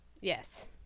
Yes